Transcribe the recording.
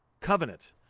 covenant